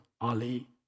Ali